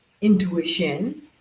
intuition